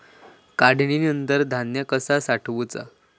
काढणीनंतर धान्य कसा साठवुचा?